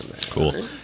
Cool